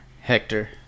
Hector